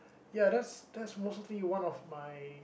ya that's that's mostly one of my